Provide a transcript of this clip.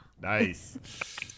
nice